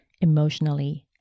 emotionally